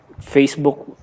Facebook